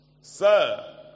Sir